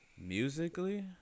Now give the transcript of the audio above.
Musically